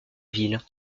ville